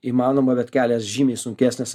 įmanoma bet kelias žymiai sunkesnis